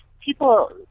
people